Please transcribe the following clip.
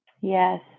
Yes